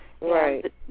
Right